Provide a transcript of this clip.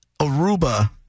Aruba